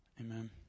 Amen